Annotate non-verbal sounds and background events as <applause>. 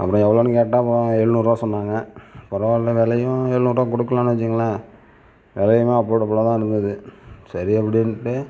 அப்புறம் எவ்வளோன்னு கேட்டேன் <unintelligible> எழுநூறுரூவா சொன்னாங்கள் பரவாயில்லை விலயும் எழுநூறுரூவா கொடுக்கலான்னு வச்சுக்கங்களேன் விலயுமே அஃபோர்டபிலாகதான் இருந்தது சரி அப்படின்ட்டு